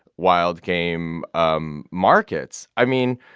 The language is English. wild game um markets i mean,